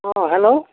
অঁ হেল্ল'